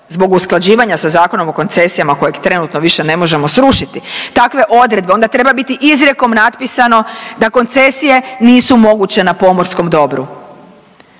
zbog usklađivanja sa Zakonom o koncesijama kojeg trenutno više ne možemo srušiti takve odredbe onda treba biti izrijekom napisano da koncesije nisu moguće na pomorskom dobru